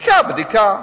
בדיקה בדיקה.